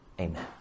Amen